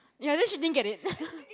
ya then she didn't get it